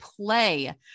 play